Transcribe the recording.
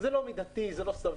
זה לא מידתי, זה לא סביר.